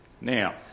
Now